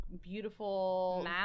beautiful